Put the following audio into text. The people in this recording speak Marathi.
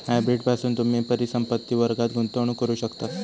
हायब्रीड पासून तुम्ही परिसंपत्ति वर्गात गुंतवणूक करू शकतास